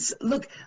Look